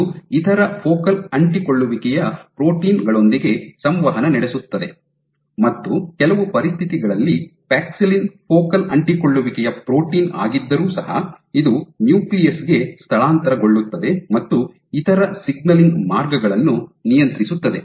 ಇದು ಇತರ ಫೋಕಲ್ ಅಂಟಿಕೊಳ್ಳುವಿಕೆಯ ಪ್ರೋಟೀನ್ ಗಳೊಂದಿಗೆ ಸಂವಹನ ನಡೆಸುತ್ತದೆ ಮತ್ತು ಕೆಲವು ಪರಿಸ್ಥಿತಿಗಳಲ್ಲಿ ಪ್ಯಾಕ್ಸಿಲಿನ್ ಫೋಕಲ್ ಅಂಟಿಕೊಳ್ಳುವಿಕೆಯ ಪ್ರೋಟೀನ್ ಆಗಿದ್ದರೂ ಸಹ ಇದು ನ್ಯೂಕ್ಲಿಯಸ್ ಗೆ ಸ್ಥಳಾಂತರಗೊಳ್ಳುತ್ತದೆ ಮತ್ತು ಇತರ ಸಿಗ್ನಲಿಂಗ್ ಮಾರ್ಗಗಳನ್ನು ನಿಯಂತ್ರಿಸುತ್ತದೆ